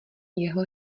jeho